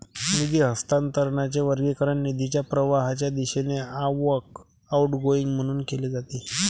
निधी हस्तांतरणाचे वर्गीकरण निधीच्या प्रवाहाच्या दिशेने आवक, आउटगोइंग म्हणून केले जाते